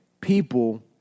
people